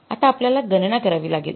आता आपल्याला गणना करावी लागेल